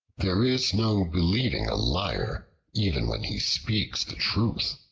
there is no believing a liar, even when he speaks the truth.